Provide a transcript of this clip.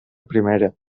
primera